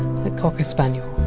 a cocker spaniel.